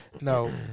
No